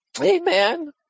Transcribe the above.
Amen